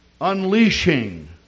unleashing